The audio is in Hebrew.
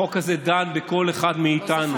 החוק הזה דן בכל אחד מאיתנו.